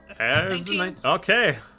Okay